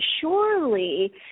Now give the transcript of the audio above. surely